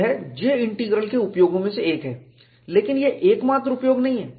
यह J integral के उपयोगों में से एक है लेकिन यह एकमात्र उपयोग नहीं है